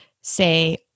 say